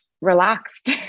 relaxed